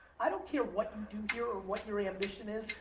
i don't care what you do here or what your ambition is,